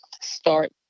start